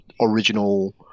original